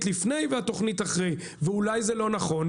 לפני והתוכנית אחרי ואולי זה לא נכון?